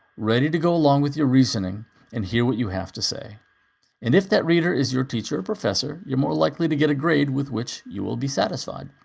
ready to go along with your reasoning and hear what you have to say and if that reader is your teacher or professor, you're more likely to get a grade with which you will be satisfied.